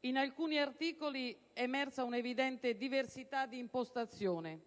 In alcuni articoli è emersa un'evidente diversità di impostazione,